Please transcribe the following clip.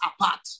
apart